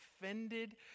offended